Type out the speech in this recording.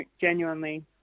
genuinely